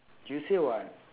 you said [what]